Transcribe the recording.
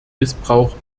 missbrauch